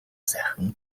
сайхан